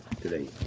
today